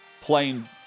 playing